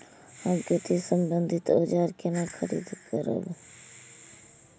हम खेती सम्बन्धी औजार केना खरीद करब?